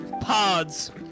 pods